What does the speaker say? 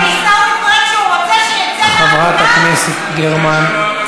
חבר הכנסת חזן.